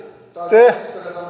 te